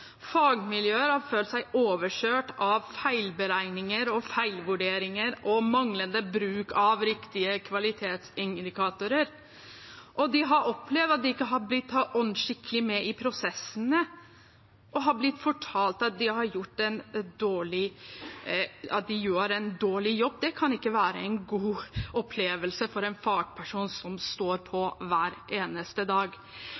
Fagmiljøer har følt seg overkjørt av feilberegninger og feilvurderinger og manglende bruk av riktige kvalitetsindikatorer. De har opplevd at de ikke har blitt tatt skikkelig med i prosessene, og de har blitt fortalt at de gjør en dårlig jobb. Det kan ikke være en god opplevelse for en fagperson som står på hver eneste dag.